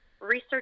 research